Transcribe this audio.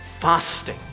fasting